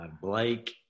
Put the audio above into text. Blake